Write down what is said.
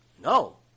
No